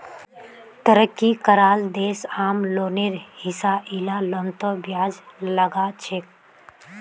तरक्की कराल देश आम लोनेर हिसा इला लोनतों ब्याज लगाछेक